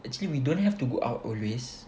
actually we don't have to go out always